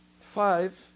five